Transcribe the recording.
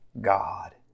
God